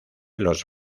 los